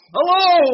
Hello